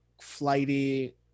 flighty